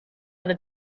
other